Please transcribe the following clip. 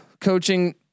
coaching